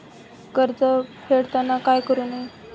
कर्ज फेडताना काय करु नये?